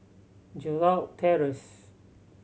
Gerald Terrace